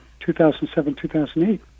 2007-2008